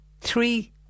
Three